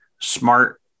smart